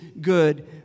good